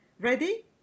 Ready